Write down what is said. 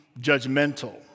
judgmental